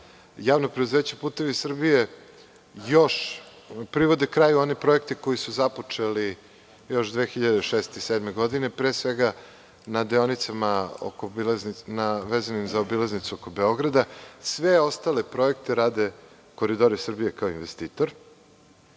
Javno preduzeće „Putevi Srbije“ još privode kraju one projekte koji su započeli još 2006/2007. godine, pre svega na deonicama vezanim za obilaznicu oko Beograda. Sve ostale projekte rade „Koridori Srbije“ kao investitor.U